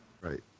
right